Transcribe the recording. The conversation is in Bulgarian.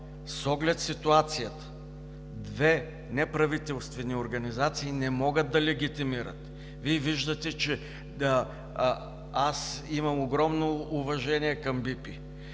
с оглед ситуацията две неправителствени организации не могат да легитимират. Вие виждате, че имам огромно уважение към